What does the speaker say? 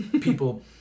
people